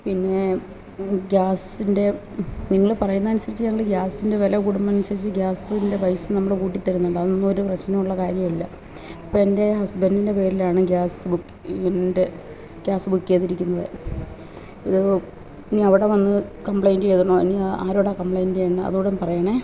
പിന്നെ ഗ്യാസിൻ്റെ നിങ്ങൾ പറയുന്നത് അനുസരിച്ച് ഞങ്ങൾ ഗ്യാസിൻ്റെ വില കൂടുന്നതിന് അനുസരിച്ച് ഗ്യാസിൻ്റെ പൈസ നമ്മൾ കൂട്ടി തരുന്നുണ്ട് അതൊന്നും ഒരു പ്രശ്നമുള്ള കാര്യമല്ല ഇപ്പം എൻ്റെ ഹസ്ബൻഡിൻ്റെ പേരിലാണ് ഗ്യാസ് ബുക്കിങ്ങിൻ്റെ ഗ്യാസ് ബുക്ക് ചെയ്തിരിക്കുന്നത് ഇത് ഇനി അവിടെ വന്ന് കംപ്ലൈൻ്റ് ചെയ്യണോ ഇനി ആരോടാണ് കംപ്ലൈൻ്റ് ചെയ്യണേ അതൂം കൂടെ ഒന്ന് പറയണേ